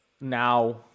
now